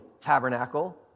tabernacle